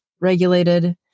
regulated